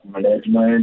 management